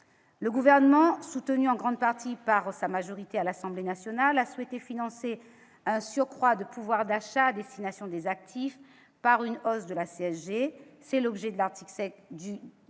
Le Gouvernement, soutenu en grande partie par sa majorité à l'Assemblée nationale, a souhaité financer un surcroît de pouvoir d'achat à destination des actifs par une hausse de la CSG. C'est l'objet de l'article 7